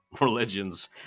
religions